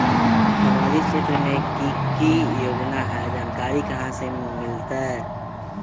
सामाजिक क्षेत्र मे कि की योजना है जानकारी कहाँ से मिलतै?